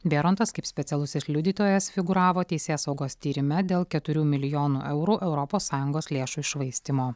bėrontas kaip specialusis liudytojas figūravo teisėsaugos tyrime dėl keturių milijonų eurų europos sąjungos lėšų iššvaistymo